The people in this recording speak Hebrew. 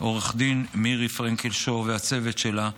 עו"ד מירי פרנקל שור והצוות שלה.